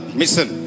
mission